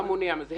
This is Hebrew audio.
מה מונע את זה?